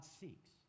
seeks